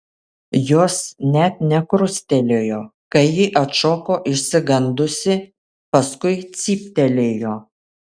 jos net nekrustelėjo kai ji atšoko išsigandusi paskui cyptelėjo